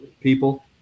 people